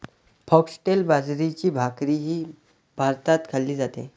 foxtail बाजरीची भाकरीही भारतात खाल्ली जाते